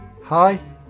Hi